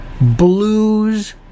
Blues